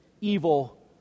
evil